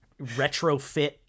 retrofit